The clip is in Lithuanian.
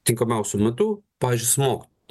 tinkamiausiu metu pavyzdžiui smogt